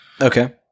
Okay